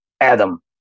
Adam